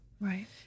Right